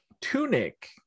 tunic